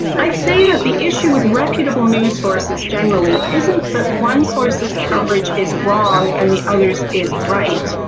i'd say that the issue with reputable news sources generally isn't that one sources coverage is wrong and the others is right,